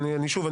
ושוב,